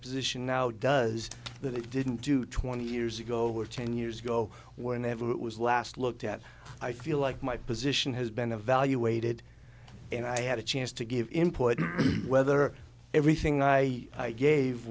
position now does that it didn't do twenty years ago or ten years ago whenever it was last looked at i feel like my position has been evaluated and i had a chance to give important whether everything i gave